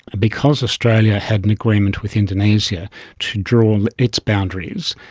ah because australia had an agreement with indonesia to draw um its boundaries,